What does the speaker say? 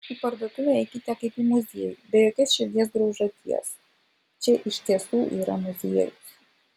į parduotuvę eikite kaip į muziejų be jokios širdies graužaties čia iš tiesų yra muziejus